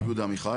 הרב יהודי עמיחי.